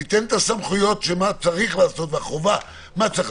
ניתן את הסמכויות ואת החובה של מה צריך